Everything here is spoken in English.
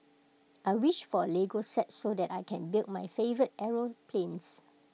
I wished for A Lego set so that I can build my favourite aeroplanes